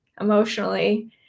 emotionally